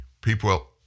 People